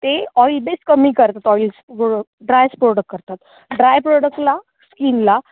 ते oil base कमी करतात ऑइल्स प्र ड्रायस प्रोडक्ट करतात ड्राय प्रोडक्टला स्कीनला